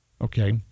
Okay